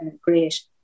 great